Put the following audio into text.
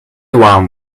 one